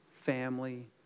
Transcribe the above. family